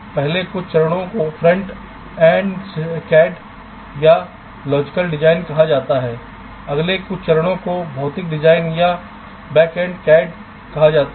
पहले कुछ चरणों को फ्रंट एंड सीएडी या लॉजिकल डिज़ाइन कहा जाता है अगले कुछ चरणों को भौतिक डिज़ाइन या बैक एंड CAD कहा जाता है